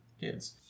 kids